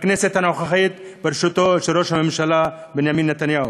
בכנסת הנוכחית בראשותו של ראש הממשלה בנימין נתניהו.